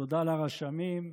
תודה לרשמים.